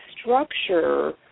structure